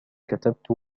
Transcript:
كتبت